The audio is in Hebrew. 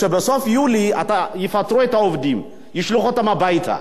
שבסוף יולי יפטרו את העובדים, ישלחו אותם הביתה.